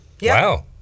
wow